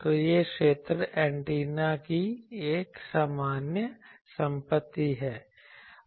तो यह क्षेत्र एंटीना की एक सामान्य संपत्ति है